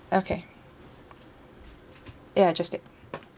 okay ya just take